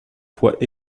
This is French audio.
poids